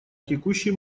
текущий